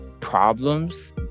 problems